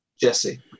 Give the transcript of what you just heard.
Jesse